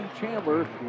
Chandler